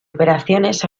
operaciones